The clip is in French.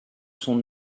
son